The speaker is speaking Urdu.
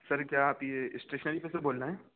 سر کیا آپ یہ اسٹیشنری پہ سے بول رہے ہیں